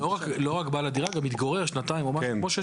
לא רק בעל הדירה, גם מתגורר שנתיים או משהו.